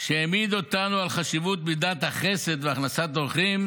שהעמיד אותנו על חשיבות מידת החסד והכנסת האורחים,